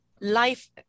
life